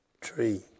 tree